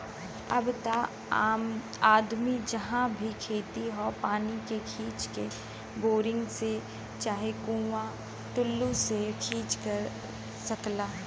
अब त आदमी जहाँ भी खेत हौ पानी के खींच के, बोरिंग से चाहे कुंआ टूल्लू से सिंचाई कर सकला